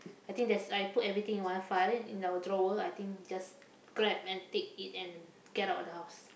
I think that's I put everything in one file in our drawer I think just grab and take it and get out of the house